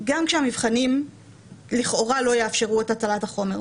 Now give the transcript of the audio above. כשהמבחנים לכאורה לא יאפשרו את מסירת החומר.